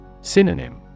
Synonym